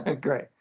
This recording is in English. Great